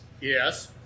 Yes